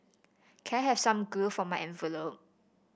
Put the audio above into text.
can I have some glue for my envelope